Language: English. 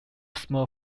small